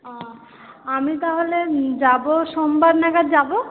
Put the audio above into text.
অ আমি তাহলে যাবো সোমবার নাগাদ যাবো